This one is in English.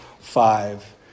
five